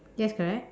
yes correct